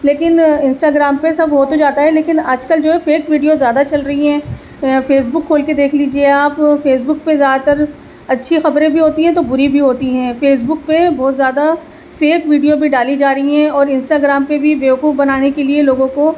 لیکن Instagram پہ سب ہو تو جاتا ہے لیکن آج کل جو ہے فیک ویڈیو زیادہ چل رہی ہیں فیس بک کھول کے دیکھ لیجیے آپ فیس بک پہ زیادہ تر اچھی خبریں بھی ہوتی ہیں تو بری بھی ہوتی ہیں فیس بک پہ بہت زیادہ فیک ویڈیو بھی ڈالی جا رہی ہیں اور انسٹا گرام پہ بھی بےوقوف بنانے کے لیے لوگوں کو